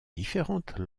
différentes